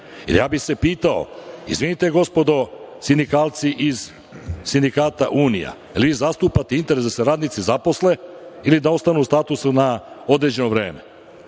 njih. Ja bih se pitao, izvinite gospodo, sindikalci iz sindikata „Unija“, jel vi zastupate interese da se radnici zaposle ili da ostanu u statusu na određeno vreme?